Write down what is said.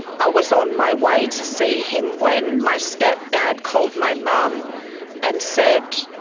i was on my way to see him when my stepdad called my mum and said,